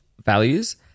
values